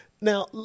Now